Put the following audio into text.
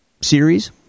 series